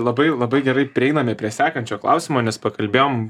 labai labai gerai prieiname prie sekančio klausimo nes pakalbėjom